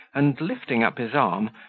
and, lifting up his arm,